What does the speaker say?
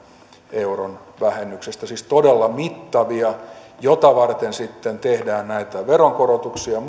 euron vähennyksestä siis todella mittavia joita varten sitten tehdään muualla näitä veronkorotuksia